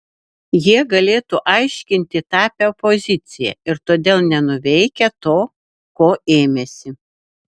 jie galėtų aiškinti tapę opozicija ir todėl nenuveikę to ko ėmėsi